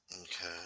okay